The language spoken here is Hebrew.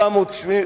1492,